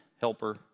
helper